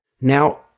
Now